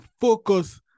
focus